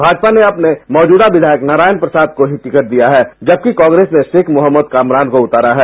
भाजपा ने अपने मौजूदा विधायक नारायण प्रशाद को ही टिकट दिया है जबकि कांग्रेस ने शेख मुहम्मद कामरान को उतारा है